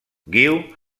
guiu